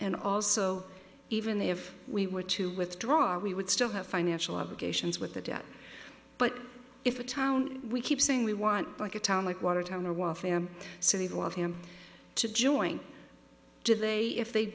and also even if we were to withdraw we would still have financial obligations with the debt but if a town we keep saying we want like a town like watertown or warfare city they want him to join today if they join the